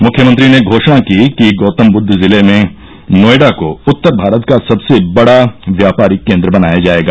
मुख्यमंत्री ने घोषणा की कि गौतमबुद्व जिले में नोएडा को उत्तर भारत का सबसे बड़ा व्यापारिक केंद्र बनाया जाएगा